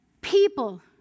People